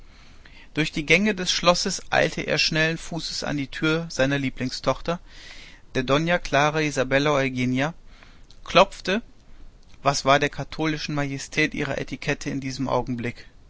durch die gänge des schlosses eilte er schnellen fußes an die tür seiner lieblingstochter der doa clara isabella eugenia klopfte was war der katholischen majestät ihre etikette in diesem augenblick